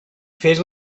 fes